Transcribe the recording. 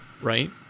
right